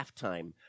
halftime